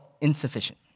insufficient